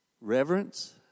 Reverence